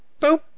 Boop